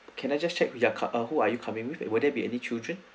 can I just check whic~ ah who are you coming with would there be any children